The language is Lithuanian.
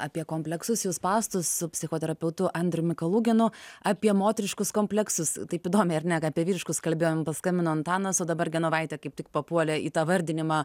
apie kompleksus jų spąstus su psichoterapeutu andriumi kaluginu apie moteriškus kompleksus taip įdomiai ir ne apie vyriškus kalbėjom paskambino antanas o dabar genovaitė kaip tik papuolė į tą vardinimą